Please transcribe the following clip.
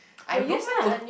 I don't mind wek